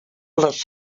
les